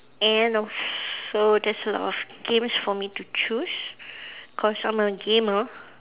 and also there's a lot of games for me to choose cause I'm a gamer